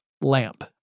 lamp